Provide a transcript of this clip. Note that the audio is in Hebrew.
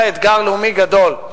זה אתגר לאומי גדול,